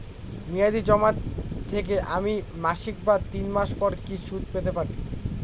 মেয়াদী জমা থেকে আমি মাসিক বা তিন মাস পর কি সুদ পেতে পারি?